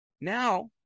Now